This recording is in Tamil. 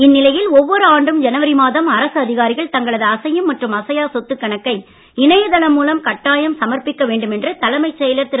இந்நிலையில் ஒவ்வொரு ஆண்டு ஜனவரி மாதம் அரசு அதிகாரிகள் தங்களது அசையம் மற்றும் அசையா சொத்துக் கணக்கை இணையதளம் மூலம் கட்டாயம் சமர்ப்பிக்க வேண்டும் என்று தலைமைச் செயலர் திரு